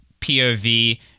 pov